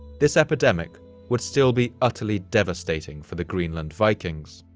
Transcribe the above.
this epidemic would still be utterly devastating for the greenland vikings.